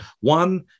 one